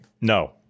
No